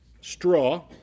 straw